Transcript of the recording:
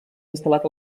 instal·lat